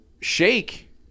Shake